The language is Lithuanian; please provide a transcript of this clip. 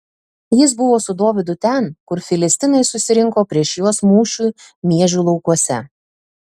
jis buvo su dovydu ten kur filistinai susirinko prieš juos mūšiui miežių laukuose